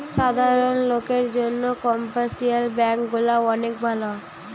সাধারণ লোকের জন্যে কমার্শিয়াল ব্যাঙ্ক গুলা অনেক ভালো